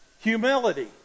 Humility